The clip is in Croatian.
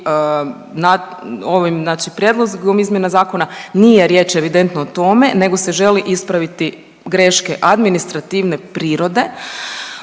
i ovim znači prijedlogom izmjene zakona nije riječ evidentno o tome nego se želi ispraviti greške administrativne prirode